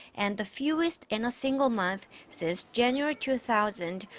and the fewest in a single month. since january two thousand.